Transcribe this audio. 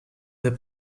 del